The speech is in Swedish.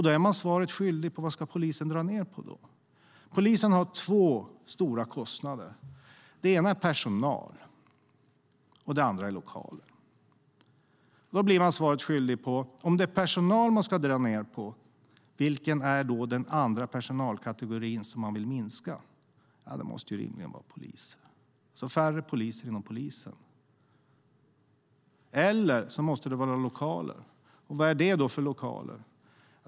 Då är man svaret skyldig: Vad ska polisen dra ned på? Polisen har två stora kostnadsposter: den ena är personal och den andra är lokaler. Om det är personal man ska dra ned på, vilken är den personalkategori som man vill minska? Ja, det måste rimligen vara poliser, alltså färre poliser inom polisen. Eller så måste det vara lokaler. Vad är det för lokaler?